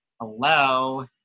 Hello